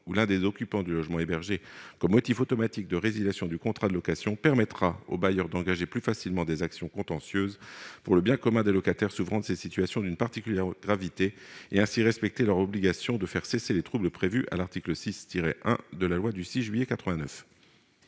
de l'un des occupants du logement hébergé comme motif automatique de résiliation du contrat de location permettra aux bailleurs d'engager plus facilement des actions contentieuses pour le bien commun des locataires souffrant de ces situations d'une particulière gravité et, ainsi, respecter leur obligation de faire cesser les troubles prévus à l'article 6-1 de loi du 6 juillet 1989.